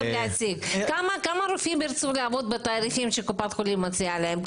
כמה רופאים ירצו לעבוד בתעריפים שקופת חולים מציעה להם?